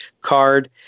card